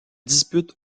dispute